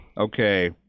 Okay